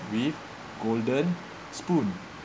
with golden spoon